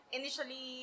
initially